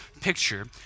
picture